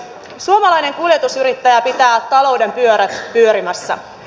suomalainen kuljetusyrittäjä pitää talouden pyörät pyörimässä